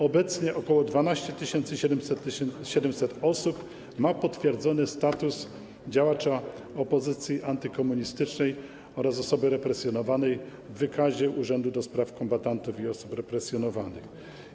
Obecnie ok. 12 700 osób ma potwierdzony status działacza opozycji antykomunistycznej oraz osoby represjonowanej w wykazie Urzędu do Spraw Kombatantów i Osób Represjonowanych.